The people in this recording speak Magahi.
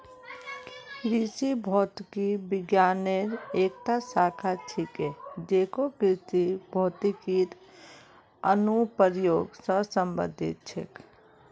कृषि भौतिकी विज्ञानेर एकता शाखा छिके जेको कृषित भौतिकीर अनुप्रयोग स संबंधित छेक